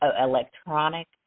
electronic